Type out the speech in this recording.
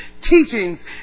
teachings